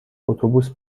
اتوبوس